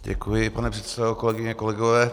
Děkuji, pane předsedo, kolegyně, kolegové.